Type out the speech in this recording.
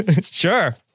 Sure